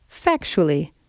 factually